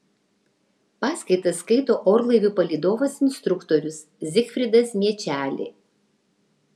paskaitas skaito orlaivių palydovas instruktorius zigfridas miečelė